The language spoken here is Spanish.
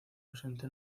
ausente